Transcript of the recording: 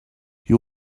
you